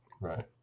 Right